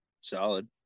solid